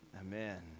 Amen